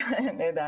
קארין.